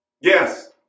Yes